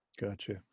Gotcha